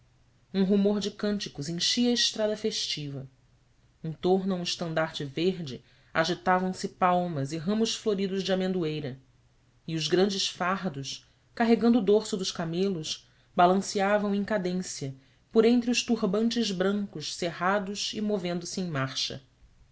um rumor de cânticos enchia a estrada festiva em torno a um estandarte verde agitavam-se palmas e ramos floridos de amendoeira e os grandes fardos carregando o dorso dos camelos balanceavam em cadência por entre os turbantes brancos cerrados e movendo-se em marcha